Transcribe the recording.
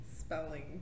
spelling